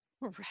Right